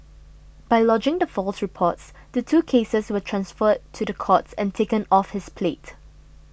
by lodging the false reports the two cases were transferred to the courts and taken off his plate